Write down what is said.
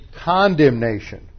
condemnation